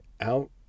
out